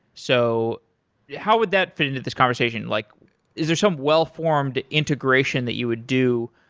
so how would that fit into this conversation? like is there some well-formed integration that you would do,